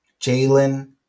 Jalen